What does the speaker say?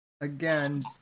again